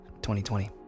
2020